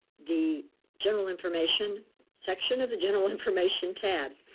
the general information section of the general information tab.